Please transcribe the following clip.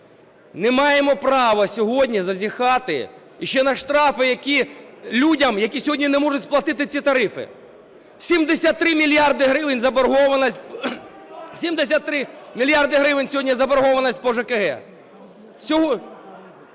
Не маємо права сьогодні зазіхати іще на штрафи, які людям, які сьогодні не можуть сплатити ці тарифи. 73 мільярди гривень заборгованість… 73